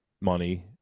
money